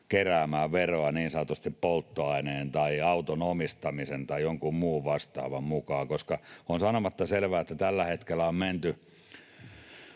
keräämään veroa niin sanotusti polttoaineen tai auton omistamisen tai jonkun muun vastaavan mukaan, koska on sanomatta selvää, että tällä hetkellä on menty